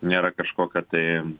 nėra kažkokia tai